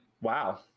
Wow